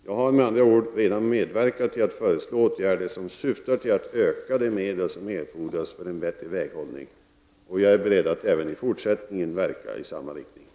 Jag har med andra ord redan medverkat till att föreslå åtgärder som syftar till att öka de medel som erfordras för en bättre väghållning och jag är beredd att även i fortsättningen verka i samma riktning.